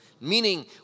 Meaning